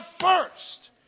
first